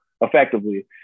effectively